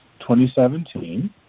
2017